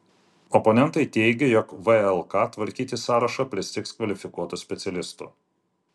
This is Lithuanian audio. oponentai teigia jog vlk tvarkyti sąrašą pristigs kvalifikuotų specialistų